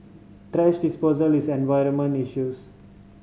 disposal is an environmental issues